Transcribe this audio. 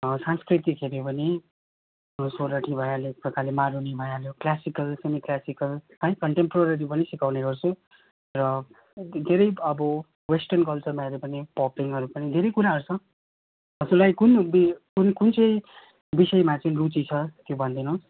सांस्कृतिक हेऱ्यौँ भने सोरठी भइहालेको छ खालि मारुनी भइहाल्यो क्लासिकल सेमी क्लासिकल है कन्टेमपोररी पनि सिकाउने गर्छु र धेरै अब वेस्टर्न कल्चरमा हेऱ्यौँ भने पपिङहरू पनि धेरै कुराहरू छ हजुरलाई कुन वि कुन चाहिँ विषयमा चाहिँ रुचि छ त्यो भनिदिनु